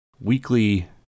weekly